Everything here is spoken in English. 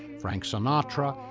frank sinatra,